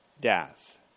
death